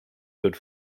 good